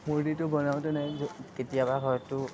মূৰ্তিটো বনাওঁতেনে কেতিয়াবা হয়তো